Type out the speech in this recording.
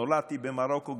נולדתי במרוקו,